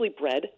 bred